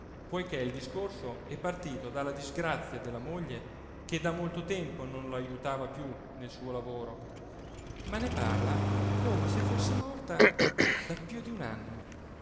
poiché il discorso è partito dalla disgrazia della moglie che da molto tempo non lo ajutava più nel suo lavoro ma ne parla come se fosse morta da più d'un anno